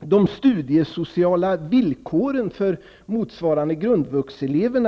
De studiesociala villkoren för motsvarande grundvuxelever